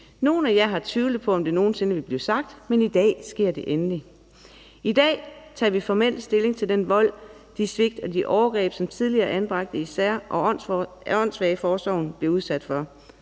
Nogle af jer har tvivlet på, om det nogensinde ville blive sagt, men i dag sker det – endelig. I dag tager vi formelt stilling til den vold, de svigt og de overgreb, som tidligere anbragte i sær- og åndssvageforsorgen blev udsat for.«